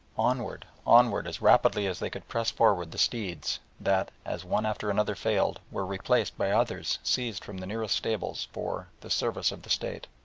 onward, onward as rapidly as they could press forward the steeds that, as one after another failed, were replaced by others seized from the nearest stables for the service of the state.